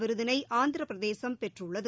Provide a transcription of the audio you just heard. விருதினை ஆந்திர பிரதேசம் பெற்றுள்ளது